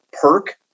perk